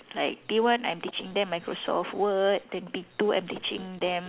like P one I'm teaching them Microsoft word then P two I'm teaching them